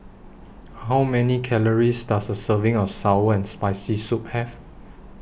How Many Calories Does A Serving of Sour and Spicy Soup Have